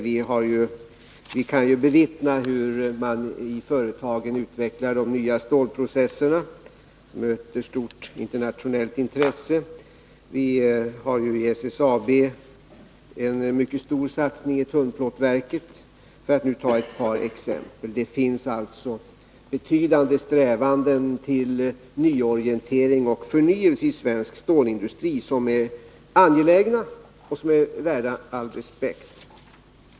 Vi kan bevittna hur man i företagen utvecklar nya stålprocesser som har mött stort internationellt intresse, och SSAB gör en mycket stor satsning i tunnplåtverket — för att nu ta ett par exempel. Det finns alltså betydande strävanden till nyorientering och förnyelse i svensk stålindustri som är värda all respekt.